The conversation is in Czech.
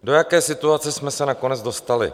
Do jaké situace jsme se nakonec dostali?